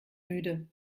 müde